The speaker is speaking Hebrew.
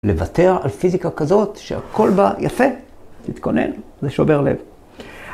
‫לוותר על פיזיקה כזאת ‫שהכול בה יפה, ‫תתכונן, זה שובר לב.